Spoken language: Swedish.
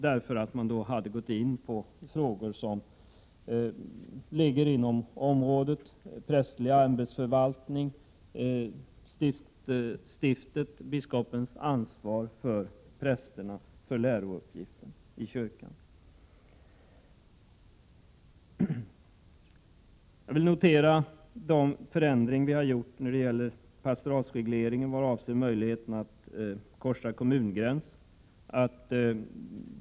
Då hade man nämligen gått in på frågor som ligger inom området för prästerlig ämbetsförvaltning, stiftet, biskopens ansvar för prästerna och lärouppgiften i kyrkan. Jag vill notera de förändringar som vi har föreslagit när det gäller pastoratsregleringen vad avser möjligheten att korsa kommungräns.